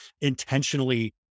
intentionally